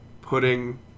putting